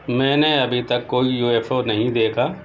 میں نے ابھی تک کوئی یو ایف او نہیں دیکھا